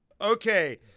Okay